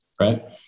right